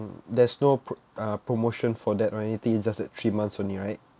there's no pro~ uh promotion for that right or anything it's just that three months only right